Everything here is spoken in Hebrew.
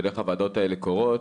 של איך הוועדות האלה קורות,